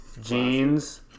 jeans